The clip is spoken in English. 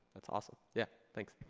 that's awesome. yeah, thanks.